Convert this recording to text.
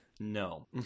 No